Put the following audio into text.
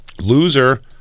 Loser